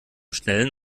schnellen